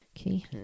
Okay